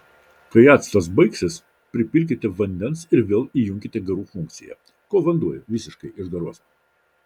kai actas baigsis pripilkite vandens ir vėl įjunkite garų funkciją kol vanduo visiškai išgaruos